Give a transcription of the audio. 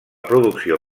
producció